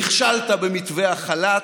נכשלת במתווה החל"ת,